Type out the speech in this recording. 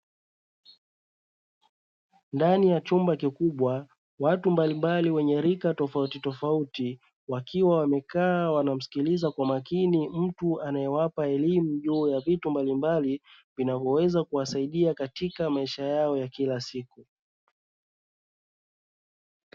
Ndani ya chumba kikubwa watu mbalimbali wenye rika tofautitofauti, wakiwa wamekaa wanamsikiliza kwa makini mtu anayewapa elimu juu ya vitu mbalimbali, vinavyoweza kuwasaidia katika maisha yao ya kila siku.